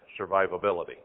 survivability